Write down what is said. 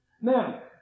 now